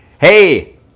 Hey